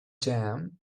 jam